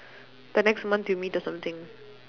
the next month you meet or something